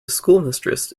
schoolmistress